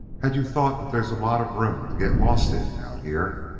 had you thought that there's a lot of room to get lost in out here?